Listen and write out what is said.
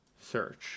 search –